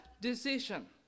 decision